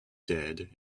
dead